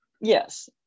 yes